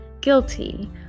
guilty